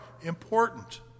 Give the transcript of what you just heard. important